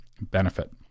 benefit